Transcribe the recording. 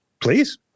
please